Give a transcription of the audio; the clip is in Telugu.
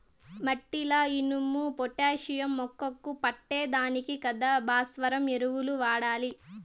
మట్టిల ఇనుము, పొటాషియం మొక్కకు పట్టే దానికి కదా భాస్వరం ఎరువులు వాడాలి